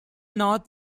north